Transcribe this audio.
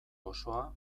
osoa